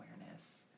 awareness